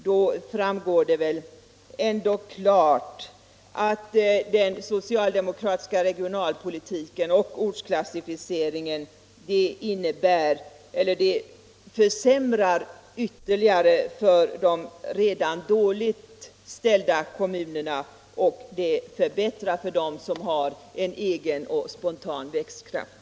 Då framgår det väl ändå ganska klart att den socialdemokratiska regionalpolitiken och ortsklassificeringen försämrar ytterligare för de redan dåligt ställda kommunerna, medan den förbättrar för dem som har en egen och spontan växtkraft.